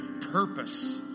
purpose